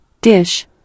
dish